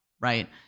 right